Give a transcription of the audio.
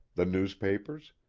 the newspapers,